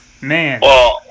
man